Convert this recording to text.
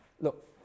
Look